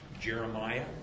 Jeremiah